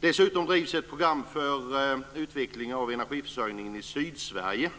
Dessutom drivs ett program för utvecklingen av egergiförsörjningen i Sydsverige,